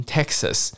Texas